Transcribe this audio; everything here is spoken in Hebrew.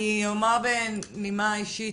אני אומר בנימה אישית,